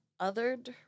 othered